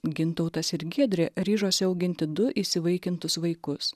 gintautas ir giedrė ryžosi auginti du įsivaikintus vaikus